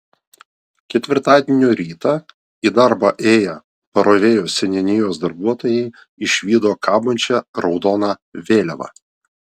ketvirtadienio rytą į darbą ėję parovėjos seniūnijos darbuotojai išvydo kabančią raudoną vėliavą